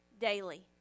daily